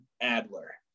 Adler